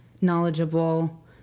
knowledgeable